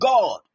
God